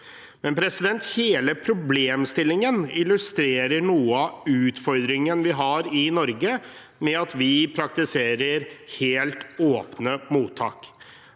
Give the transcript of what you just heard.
tvangsretur. Hele problemstillingen illustrerer noe av utfordringen vi har i Norge, ved at vi praktiserer helt åpne mottak.